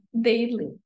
daily